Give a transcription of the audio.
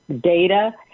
data